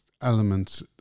element